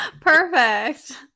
Perfect